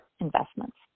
investments